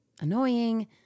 annoying